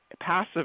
passive